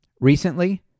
Recently